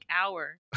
Hour